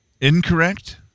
incorrect